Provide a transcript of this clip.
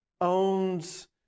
owns